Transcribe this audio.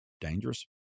Dangerous